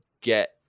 get